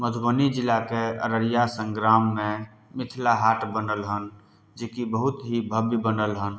मधुबनी जिलाके अररिया संग्राममे मिथला हाट बनल हन जेकी बहुत ही भव्य बनल हन